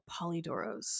Polydoros